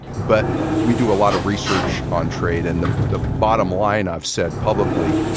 but we do a lot of research on trade, and the the bottom line, i've said publicly,